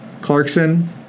Clarkson